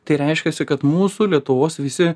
tai reiškiasi kad mūsų lietuvos visi